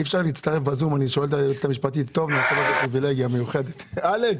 שלום לכולם.